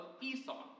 Esau